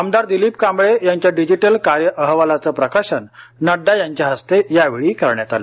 आमदार दिलीप कांबळे यांच्या डिजिटल कार्य अहवालाचे प्रकाशन नड्डा यांच्या हस्ते यावेळी करण्यात आले